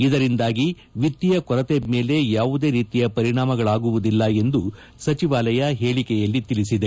ಇದರಿಂದಾಗಿ ವಿತ್ತೀಯ ಕೊರತೆ ಮೇಲೆ ಯಾವುದೇ ರೀತಿಯ ಪರಿಣಾಮಗಳಾಗುವುದಿಲ್ಲ ಎಂದು ಸಚಿವಾಲಯ ಹೇಳಿಕೆಯಲ್ಲಿ ತಿಳಿಸಿದೆ